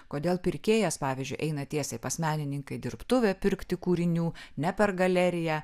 kodėl pirkėjas pavyzdžiui eina tiesiai pas menininką į dirbtuvę pirkti kūrinių ne per galeriją